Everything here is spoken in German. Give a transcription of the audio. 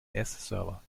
server